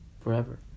forever